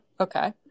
Okay